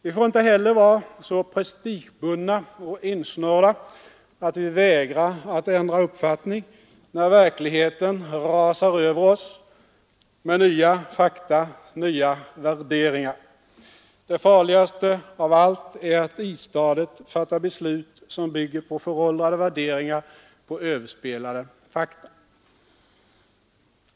Vi får inte heller vara så prestigebundna och insnörda att vi vägrar att ändra uppfattning när verkligheten rasar över oss med nya fakta och nya värderingar. Det farligaste av allt är att istadigt fatta beslut som bygger på föråldrade värderingar och överspelade fakta.